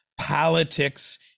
politics